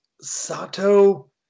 Sato